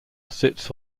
sits